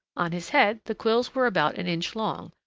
on his head the quills were about an inch long,